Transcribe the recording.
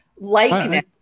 likeness